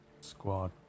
Squad